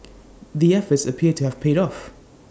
the efforts appear to have paid off